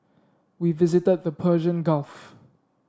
we visited the Persian Gulf